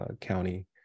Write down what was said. county